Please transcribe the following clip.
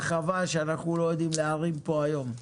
חווה שאנחנו לא יודעים להרים פה היום.